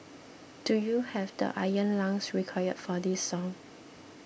do you have the iron lungs required for this song